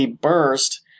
burst